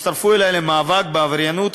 הצטרפו אלי למאבק בעבריינות,